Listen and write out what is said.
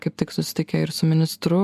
kaip tik susitikę ir su ministru